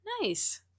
Nice